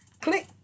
Click